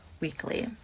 weekly